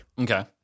Okay